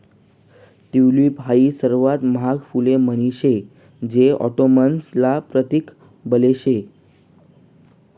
tulip हाई सर्वात महाग फुलेस म्हाईन शे जे ऑटोमन्स ना प्रतीक बनेल शे